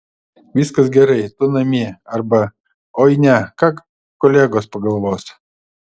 viskas gerai tu namie arba oi ne ką kolegos pagalvos